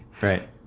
Right